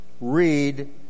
read